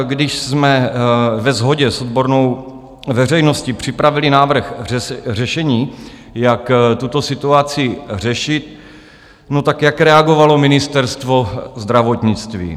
Když jsme ve shodě s odbornou veřejností připravili návrh řešení, jak tuto situaci řešit, jak reagovalo Ministerstvo zdravotnictví?